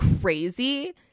crazy